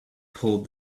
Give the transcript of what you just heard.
pull